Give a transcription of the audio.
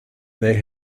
they